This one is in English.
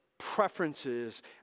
preferences